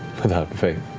without faith,